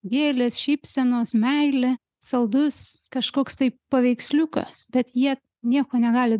gėlės šypsenos meilė saldus kažkoks tai paveiksliukas bet jie nieko negali